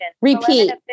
repeat